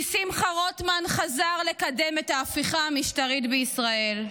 כי שמחה רוטמן חזר לקדם את ההפיכה המשטרית בישראל,